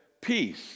Peace